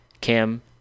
Kim